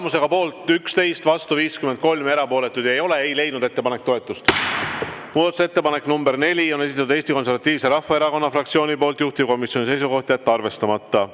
Tulemusega poolt 11, vastu 53 ja erapooletuid ei ole, ei leidnud ettepanek toetust. Muudatusettepaneku nr 4 on esitanud Eesti Konservatiivse Rahvaerakonna fraktsioon, juhtivkomisjoni seisukoht on jätta arvestamata.